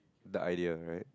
that idea right